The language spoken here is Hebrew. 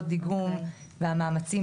דוקטור בשארה,